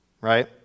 right